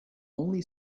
only